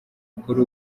kuri